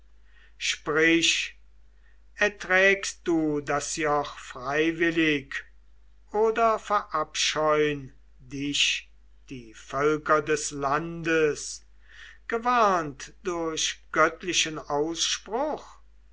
sprich erträgst du das joch freiwillig oder verabscheun dich die völker des landes gewarnt durch göttlichen ausspruch